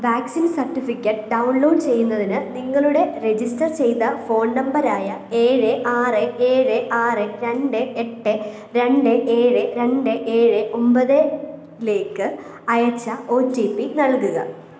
vaccine certificate download ചെയ്യുന്നതിന് നിങ്ങളുടെ register ചെയ്ത ഫോൺ നമ്പറായ ഏഴ് ആറ് ഏഴ് ആറ് രണ്ട് എട്ട് രണ്ട് ഏഴ് രണ്ട് ഏഴ് ഒൻപത് ലേക്ക് അയച്ച ഒ റ്റി പി നൽകുക